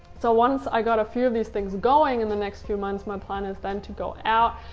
so once i got a few of these things going in the next few months my plan is then to go out,